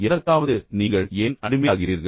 எதற்காவது நீங்கள் ஏன் அடிமையாகிறீர்கள்